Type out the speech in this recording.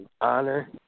honor